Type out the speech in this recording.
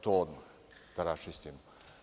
To odmah da raščistimo.